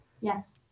Yes